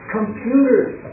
Computers